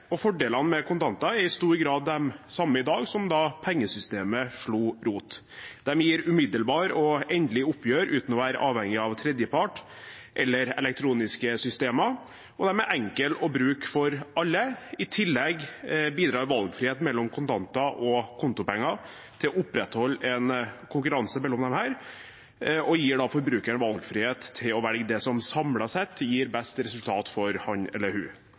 og fordelene med kontanter er i stor grad de samme i dag som da pengesystemet slo rot. De gir umiddelbart og endelig oppgjør uten å være avhengig av tredjepart eller elektroniske systemer, og de er enkle å bruke for alle. I tillegg bidrar valgfrihet mellom kontanter og kontopenger til å opprettholde en konkurranse mellom disse og gir forbrukeren valgfrihet til å velge det som samlet sett gir best resultat for ham eller